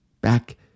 back